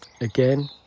again